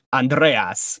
andreas